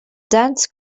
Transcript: dense